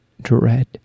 dread